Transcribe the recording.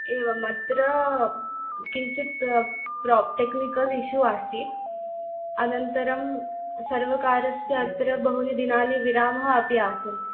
एवम् अत्र किञ्चित् प्रो टेक्निकल् इशु आसीत् अनन्तरं सर्वकारस्य अत्र बहूनि दिनानि विरामः अपि आसीत्